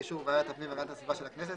באישור ועדת הפנים והגנת הסביבה של הכנסת,